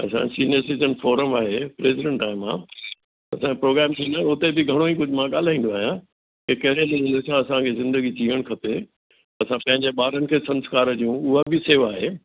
असांजी senior citizen forum आहे president आहियां मां असांजे प्रोग्राम थींदो आहे हुते बि घणो ई कुझु मां ॻाल्हाईंदो आहियां की कहिड़े नमूने सां असांखे ज़िंदगी जीअणु खपे असां पंहिंजे ॿारनि खे संस्कार ॾियूं उहा बि सेवा आए